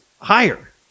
higher